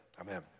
Amen